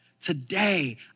Today